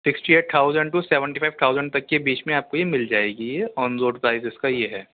sixty eight thousand to seventy five thousand تک کے بیچ میں آپ کو یہ مل جائے گی یہ آن روڈ پرائز اس کا یہ ہے